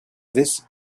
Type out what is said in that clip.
this